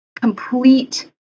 complete